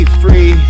free